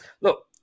Look